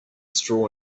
straw